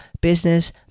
Business